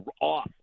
off